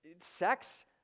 Sex